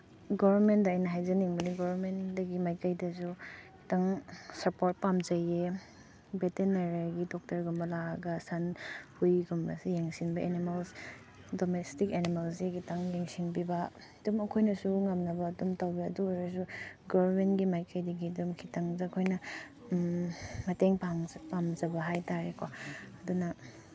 ꯒꯣꯔꯃꯦꯟꯗ ꯑꯩꯅ ꯍꯥꯏꯖꯅꯤꯡꯕꯗꯤ ꯒꯣꯔꯃꯦꯟꯗꯒꯤ ꯃꯥꯏꯀꯩꯗꯁꯨ ꯈꯤꯇꯪ ꯁꯄꯣꯔꯠ ꯄꯥꯝꯖꯩꯌꯦ ꯕꯦꯇꯤꯅꯔꯤꯒꯤ ꯗꯣꯛꯇꯔꯒꯨꯝꯕ ꯂꯥꯛꯑꯒ ꯁꯟ ꯍꯨꯏꯒꯨꯝꯕꯁꯤ ꯌꯦꯡꯁꯤꯟꯕ ꯑꯦꯅꯤꯃꯜꯁ ꯗꯣꯃꯦꯁꯇꯤꯛ ꯑꯦꯅꯤꯃꯜꯁꯤ ꯈꯤꯇꯪ ꯌꯦꯡꯁꯤꯟꯕ ꯑꯗꯨꯝ ꯑꯩꯈꯣꯏꯅꯁꯨ ꯉꯝꯅꯕ ꯑꯗꯨꯝ ꯇꯧꯋꯤ ꯑꯗꯨ ꯑꯣꯏꯔꯁꯨ ꯒꯣꯔꯃꯦꯟꯒꯤ ꯃꯥꯏꯀꯩꯗꯒꯤ ꯑꯗꯨꯝ ꯈꯤꯇꯪꯗ ꯑꯩꯈꯣꯏꯅ ꯃꯇꯦꯡ ꯄꯥꯡꯕ ꯄꯥꯝꯖꯕ ꯍꯥꯏ ꯇꯥꯔꯦꯀꯣ ꯑꯗꯨꯅ